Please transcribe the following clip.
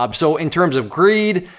um so, in terms of greed,